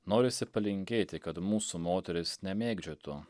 norisi palinkėti kad mūsų moterys nemėgdžiotų